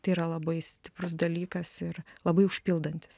tai yra labai stiprus dalykas ir labai užpildantis